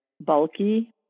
bulky